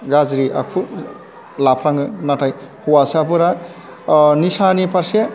गाज्रि आखु लाफ्लाङो नाथाय हौवासाफोरा निसानि फारसे